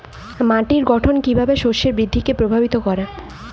মাটির গঠন কীভাবে শস্যের বৃদ্ধিকে প্রভাবিত করে?